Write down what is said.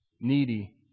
needy